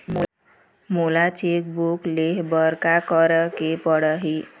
मोला cheque book लेहे बर का केरेक पढ़ही?